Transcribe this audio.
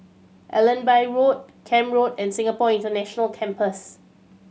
Allenby Road Camp Road and Singapore International Campus